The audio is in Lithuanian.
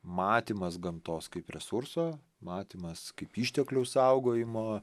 matymas gamtos kaip resurso matymas kaip išteklių saugojimo